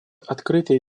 открытый